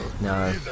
No